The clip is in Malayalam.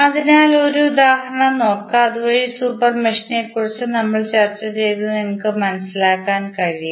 അതിനാൽ ഒരു ഉദാഹരണം നോക്കാം അതുവഴി സൂപ്പർ മെഷിനെക്കുറിച്ച് നമ്മൾ ചർച്ച ചെയ്തത് നിങ്ങൾക്ക് മനസിലാക്കാൻ കഴിയും